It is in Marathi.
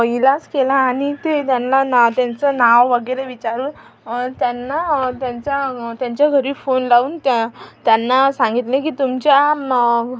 इलाज केला आणि ते त्यांना ना त्यांचं नाव वगैरे विचारलं त्यांना त्यांचा त्यांच्या घरी फोन लावून त्या त्यांना सांगितले की तुमच्या